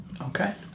okay